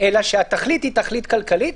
אלא שהתכלית היא תכלית כלכלית,